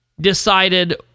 decided